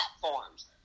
platforms